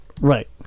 right